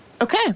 Okay